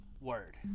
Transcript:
Word